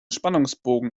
spannungsbogen